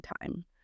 time